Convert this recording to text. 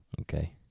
Okay